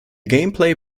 gameplay